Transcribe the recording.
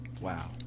Wow